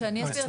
שאני אסביר?